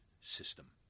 system